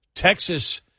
Texas